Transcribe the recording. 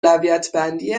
اولویتبندی